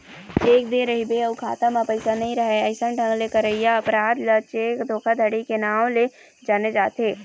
cheque दे रहिबे अउ खाता म पइसा नइ राहय अइसन ढंग ले करइया अपराध ल चेक धोखाघड़ी के नांव ले जाने जाथे